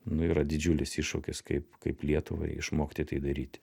nu yra didžiulis iššūkis kaip kaip lietuvai išmokti tai daryti